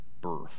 birth